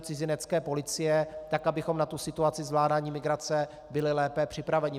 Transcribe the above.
Cizinecké policie tak, abychom na situaci zvládání migrace byli lépe připraveni.